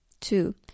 Two